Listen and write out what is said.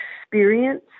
experience